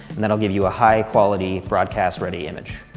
and that'll give you a high-quality, broadcast-ready image.